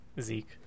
Zeke